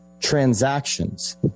transactions